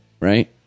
right